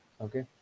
Okay